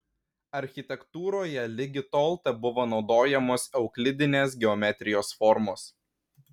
architektūroje ligi tol tebuvo naudojamos euklidinės geometrijos formos